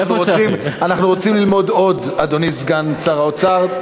אנחנו רוצים ללמוד עוד, אדוני סגן שר האוצר.